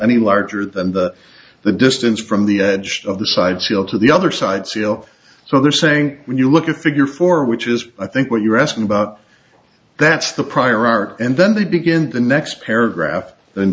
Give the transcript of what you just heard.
any larger than the distance from the edge of the side shield to the other side seal so they're saying when you look at figure four which is i think what you're asking about that's the prior art and then they begin the next paragraph th